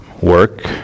Work